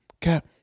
cap